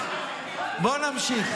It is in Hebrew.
בוא נמשיך.